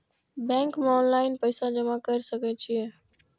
Bank में online पैसा जमा कर सके छीये?